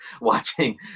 watching